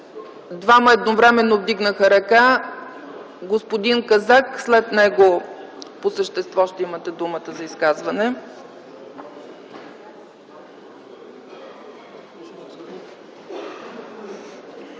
Двама едновременно вдигнаха ръка ... Господин Казак, а след него по същество ще имате думата за изказване.